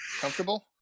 comfortable